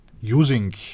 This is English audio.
using